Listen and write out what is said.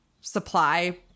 supply